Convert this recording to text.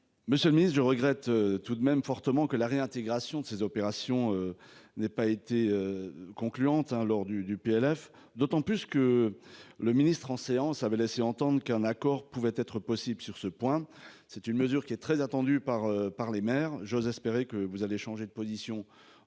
Monsieur le Ministre, je regrette tout de même fortement que la réintégration de ces opérations. N'ait pas été. Concluante hein lors du du PLF d'autant plus que le ministre en séance avait laissé entendre qu'un accord pouvait être possible sur ce point. C'est une mesure qui est très attendu par par les maires. J'ose espérer que vous allez changer de position